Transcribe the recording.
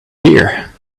here